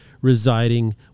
residing